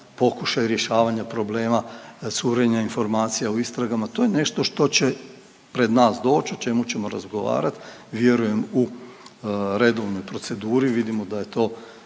pokušaj rješavanja problema curenja informacija u istragama, to je nešto što će pred nas doći, o čemu ćemo razgovarati, vjerujem, u redovnoj proceduri, vidimo da je to